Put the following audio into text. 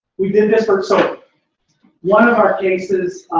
we did this for. so one of our cases,